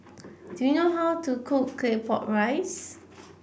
do you know how to cook Claypot Rice